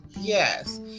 Yes